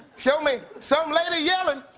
show me some lady yelling.